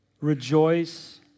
rejoice